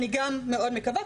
אני גם מאוד מקווה,